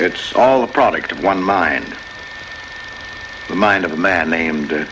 it's all a product of one mind the mind of a man named